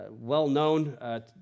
well-known